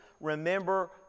remember